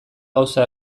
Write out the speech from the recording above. gauza